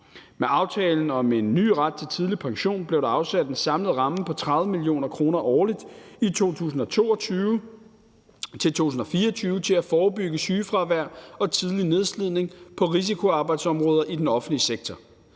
Med aftalen om en ny ret til tidlig pension blev der afsat en samlet ramme på 30 mio. kr. årligt i 2022-2024 til at forebygge sygefravær og tidlig nedslidning på risikoarbejdsområder i den offentlige sektor.